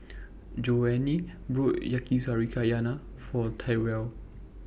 Joanie bought Yakizakana For Tyrel